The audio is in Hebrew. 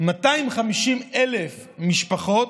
250,000 משפחות,